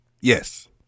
Yes